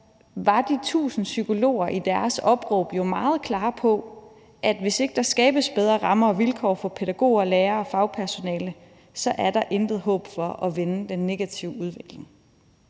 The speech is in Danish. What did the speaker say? var de 1.000 psykologer i deres opråb jo meget klare, i forhold til at hvis ikke der skabes bedre rammer og vilkår fra pædagoger, lærere og fagpersonale, er der intet håb for at vende den negative udvikling.